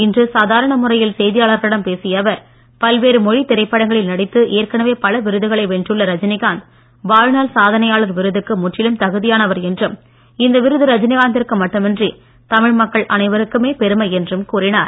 இன்று சாதாரண முறையில் செய்தியாளர்களிடம் பேசிய அவர் பல்வேறு மொழி திரைப்படங்களில் நடித்து ஏற்கனவே பல விருதுகளை வென்றுள்ள ரஜினிகாந்த் வாழ்நாள் சாதனையாளர் விருதுக்கு முற்றிலும் தகுதியானவர் என்றும் இந்த விருது ரஜினிகாந்திற்கு மட்டுமின்றி தமிழ் மக்கள் அனைவருக்குமே பெருமை என்றும் கூறினார்